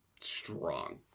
strong